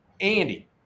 Andy